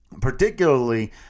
particularly